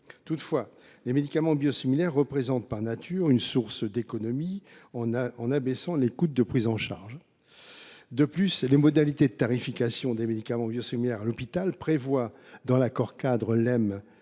Toutefois, les médicaments biosimilaires représentent, par nature, une source d’économies, puisqu’ils abaissent les coûts de prise en charge. De plus, les modalités de tarification des médicaments biosimilaires à l’hôpital prévoient, dans l’accord cadre entre